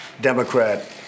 Democrat